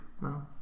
no